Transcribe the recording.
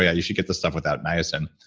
yeah you should get this stuff without niacin.